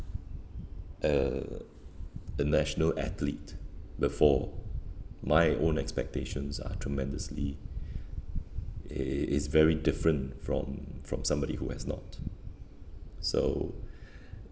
uh the national athlete before my own expectations are tremendously it it it is very different from from somebody who has not so